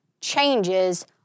changes